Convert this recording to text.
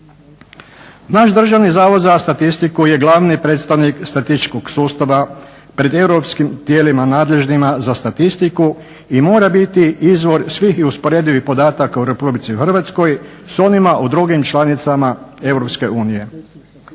Naš Državni zavod za statistiku je glavni predstavnik statističkog sustava pred europskim tijelima nadležnima za statistiku i mora biti izvor svih i usporedivih podataka u Republici Hrvatskoj sa onima o drugim članicama